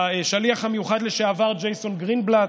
השליח המיוחד לשעבר ג'ייסון גרינבלט,